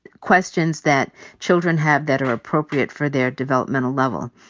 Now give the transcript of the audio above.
questions that children have that are appropriate for their developmental level.